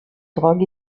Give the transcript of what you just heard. drogues